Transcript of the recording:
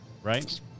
Right